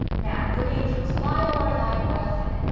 now good angels fly o're thy royall head,